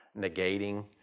negating